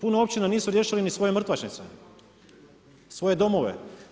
Puno općina nisu riješili ni svoje mrtvačnice, svoje domove.